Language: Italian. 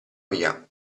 via